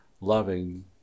loving